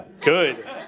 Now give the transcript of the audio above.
Good